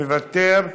מוותר.